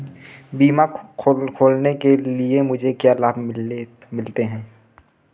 बीमा खोलने के लिए मुझे क्या लाभ मिलते हैं?